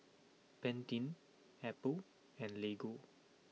Pantene Apple and Lego